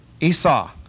Esau